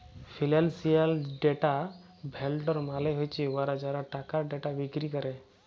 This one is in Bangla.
ফিল্যাল্সিয়াল ডেটা ভেল্ডর মালে হছে উয়ারা যারা টাকার ডেটা বিক্কিরি ক্যরে